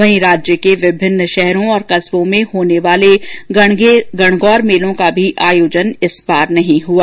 वहीं राज्य के विभिन्न शहरों और कस्बों में होने वाले गणगौर मेलों का आयोजन भी इस बार नहीं हुआ